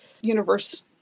universe